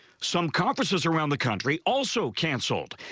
some conferences around the country also canceled.